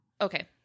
Okay